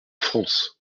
france